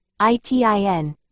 ITIN